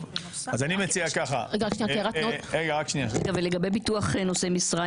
זה אומר שאתה נותן לי אישור לגייס תרומות.